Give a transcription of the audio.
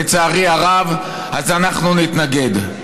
לצערי הרב, אז אנחנו נתנגד.